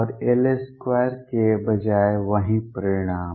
और L2 के बजाय वही परिणाम